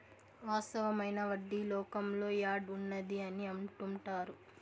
వాస్తవమైన వడ్డీ లోకంలో యాడ్ ఉన్నది అని అంటుంటారు